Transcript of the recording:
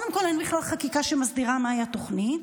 קודם כול, אין בכלל חקיקה שמסדירה מהי התוכנית.